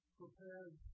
prepared